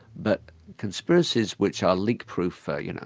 but conspiracies which are leakproof, for you know